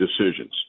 decisions